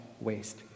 waste